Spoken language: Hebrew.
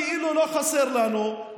כאילו לא חסר לנו,